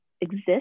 exist